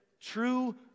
True